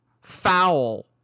foul